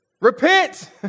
Repent